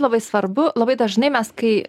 labai svarbu labai dažnai mes kai